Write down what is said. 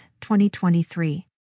2023